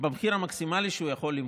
במחיר המקסימלי שהוא יכול למכור.